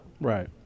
Right